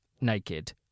naked